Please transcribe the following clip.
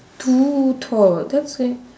too tall that's like